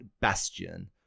bastion